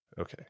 Okay